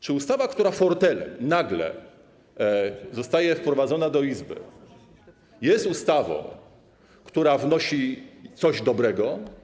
Czy ustawa, która fortelem, nagle, zostaje wprowadzona do Izby, jest ustawą, która wnosi coś dobrego?